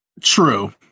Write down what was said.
true